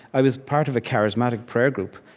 i was part of a charismatic prayer group,